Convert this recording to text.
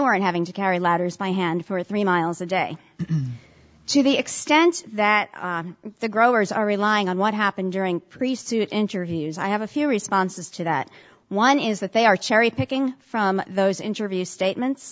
weren't having to carry ladders by hand for three miles a day to the extent that the growers are relying on what happened during priest suit interviews i have a few responses to that one is that they are cherry picking from those interview statements